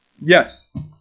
yes